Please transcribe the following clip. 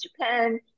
Japan